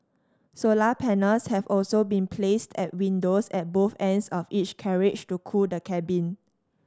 solar panels have also been placed at windows at both ends of each carriage to cool the cabin